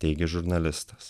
teigė žurnalistas